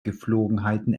gepflogenheiten